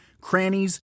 crannies